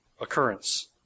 occurrence